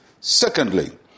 Secondly